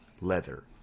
leather